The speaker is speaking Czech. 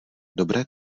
dobré